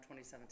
2017